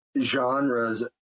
genres